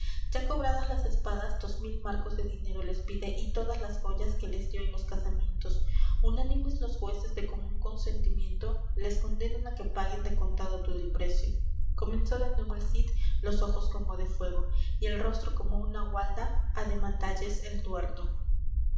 ya cobradas las espadas dos mil marcos de dinero les pide y todas las joyas que les dió en los casamientos unánimes los jüeces de común consentimiento les condenan á que paguen de contado todo el precio comenzó de nuevo el cid los ojos como de fuego y el rostro como una gualda á demandalles el tuerto